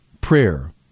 prayer